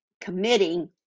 committing